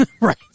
right